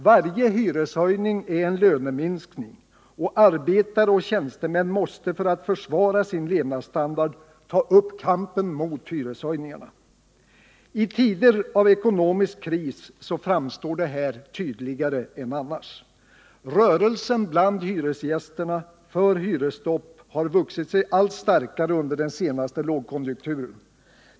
Varje hyreshöjning är en löneminskning, och arbetare och tjänstemän måste för att försvara sin levnadsstandard ta upp kampen mot hyreshöjningarna. I tider av ekonomisk kris framstår detta tydligare än annars. Rörelsen bland hyresgästerna för hyresstopp har vuxit sig allt starkare under den senaste lågkonjunkturen.